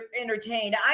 entertained